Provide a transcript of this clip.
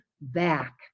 back